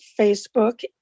Facebook